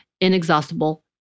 inexhaustible